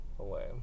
Away